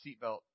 seatbelt